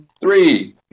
three